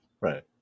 Right